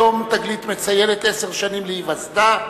היום "תגלית" מציינת עשר שנים להיווסדה.